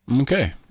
Okay